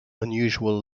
unusual